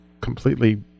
completely